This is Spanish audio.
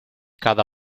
cada